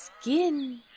skin